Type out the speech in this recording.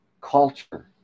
culture